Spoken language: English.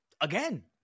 again